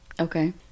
Okay